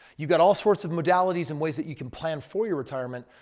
you've got all sorts of modalities and ways that you can plan for your retirement.